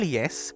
yes